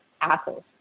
assholes